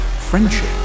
Friendship